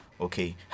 okay